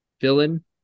villain